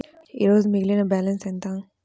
ఈరోజు మిగిలిన బ్యాలెన్స్ ఎంత?